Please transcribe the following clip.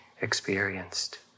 experienced